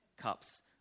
cups